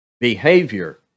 Behavior